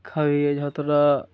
খাইয়ে যতটা